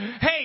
Hey